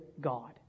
God